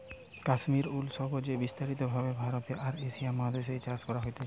Kashmir wool সবচে বিস্তারিত ভাবে ভারতে আর এশিয়া মহাদেশ এ চাষ করা হতিছে